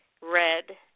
red